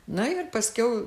na ir paskiau